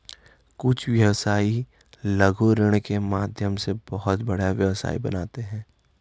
कुछ व्यवसायी लघु ऋण के माध्यम से बहुत बड़ा व्यवसाय बनाते हैं